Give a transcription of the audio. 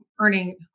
Earning